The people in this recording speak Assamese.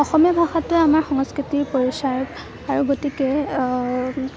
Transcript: অসমীয়া ভাষাটোৱেই আমাৰ সংস্কৃতিৰ পৰিচয় আৰু গতিকে